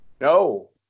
No